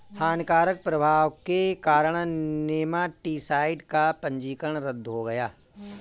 हानिकारक प्रभाव के कारण नेमाटीसाइड का पंजीकरण रद्द हो गया